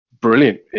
brilliant